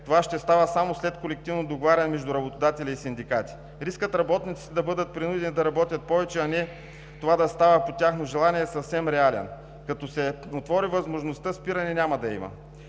това ще става само след колективно договаряне между работодатели и синдикати. Рискът работниците да бъдат принудени да работят повече, а не това да става по тяхно желание, е съвсем реален – като се отвори възможността, спиране няма да има.